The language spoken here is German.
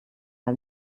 ein